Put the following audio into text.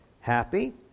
happy